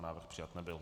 Návrh přijat nebyl.